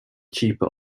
cheaper